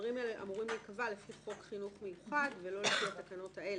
הדברים האלה אמורים להיקבע לפי חוק חינוך מיוחד ולא לפי התקנות האלה.